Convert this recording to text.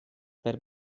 per